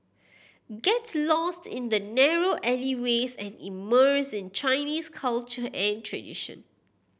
get lost in the narrow alleyways and immerse in Chinese culture and tradition